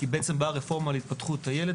כי בעצם באה הרפורמה להתפתחות הילד